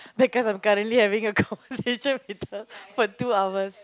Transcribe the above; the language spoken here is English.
because I'm currently having a conversation with her for two hours